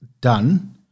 done